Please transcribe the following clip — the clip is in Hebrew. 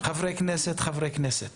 חברי כנסת, חברי כנסת